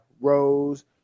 Rose